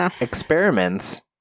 experiments